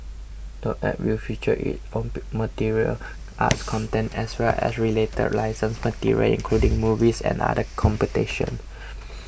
the App will feature its own martial arts content as well as related licensed material including movies and other competitions